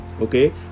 Okay